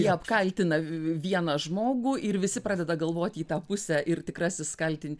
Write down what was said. jie apkaltina vieną žmogų ir visi pradeda galvot į tą pusę ir tikrasis kaltinti